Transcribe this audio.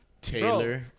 Taylor